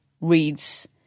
reads